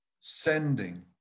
sending